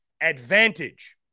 advantage